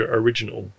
original